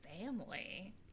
family